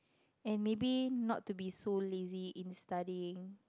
and maybe not to be so lazy in studying